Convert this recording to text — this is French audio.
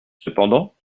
cependant